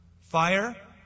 fire